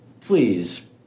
please